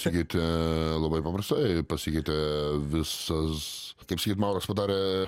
pasikeitė labai paprastai pasikeitė visas kaip sakyti mauras padarė